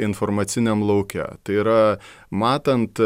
informaciniam lauke tai yra matant